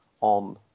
on